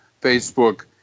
Facebook